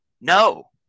no